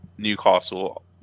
Newcastle